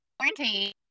Quarantine